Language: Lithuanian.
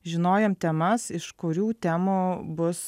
žinojom temas iš kurių temų bus